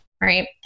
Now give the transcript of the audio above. right